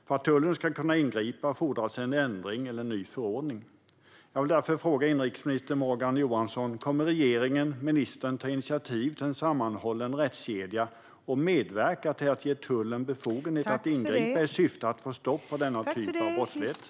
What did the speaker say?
För att tullen ska kunna ingripa fordras en ändring eller en ny förordning. Jag vill därför fråga inrikesminister Morgan Johansson om regeringen, ministern, kommer att ta initiativ till en sammanhållen rättskedja och medverka till att ge tullen befogenheter att ingripa i syfte att få stopp på denna typ av brottslighet.